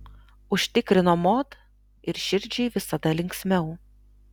užtikrino mod ir širdžiai visada linksmiau